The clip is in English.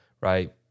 right